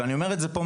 ואני אומר את זה פה,